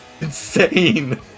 insane